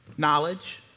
Knowledge